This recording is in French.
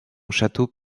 château